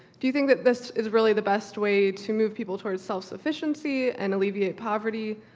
do you think that this is really the best way to move people towards self-sufficiency and alleviate poverty,